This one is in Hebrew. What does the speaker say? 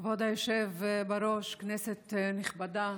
כבוד היושב בראש, כנסת נכבדה,